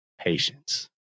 patience